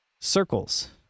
circles